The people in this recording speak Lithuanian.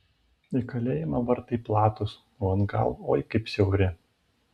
į kalėjimą vartai platūs o atgal oi kaip siauri